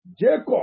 Jacob